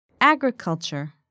Agriculture